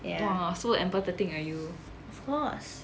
!wah! so empathetic ah you